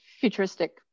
futuristic